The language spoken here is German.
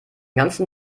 ganzen